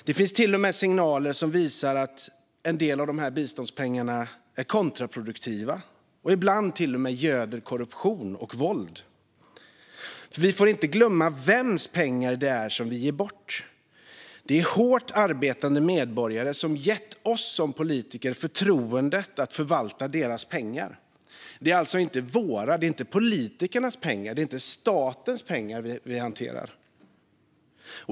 Det finns till och med signaler om att en del av biståndspengarna är kontraproduktiva och ibland till och med göder korruption och våld. Vi får inte glömma vems pengar det är som vi ger bort. Det är hårt arbetande medborgare som har gett oss som politiker förtroendet att förvalta deras pengar. Det är alltså inte våra - politikernas - pengar. Det är inte statens pengar vi hanterar.